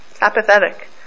Apathetic